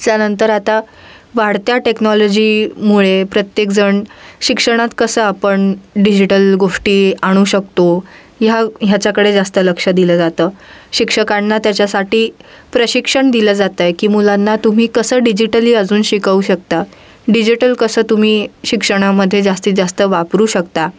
त्यानंतर आता वाढत्या टेक्नॉलॉजीमुळे प्रत्येकजण शिक्षणात कसं आपण डिजिटल गोष्टी आणू शकतो ह्या ह्याच्याकडे जास्त लक्ष दिलं जातं शिक्षकांना त्याच्यासाठी प्रशिक्षण दिलं जात आहे की मुलांना तुम्ही कसं डिजिटली अजून शिकवू शकता डिजिटल कसं तुम्ही शिक्षणामध्ये जास्तीत जास्त वापरू शकता